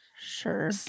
Sure